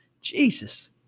Jesus